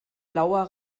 blauer